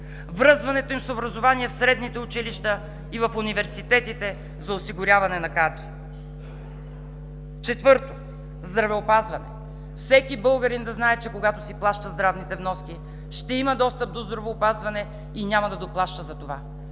връзването им с образование в средните училища и в университетите за осигуряване на кадри. Четвърто, здравеопазване – всеки българин да знае, че когато си плаща здравните вноски, ще има достъп до здравеопазване и няма да доплаща за това,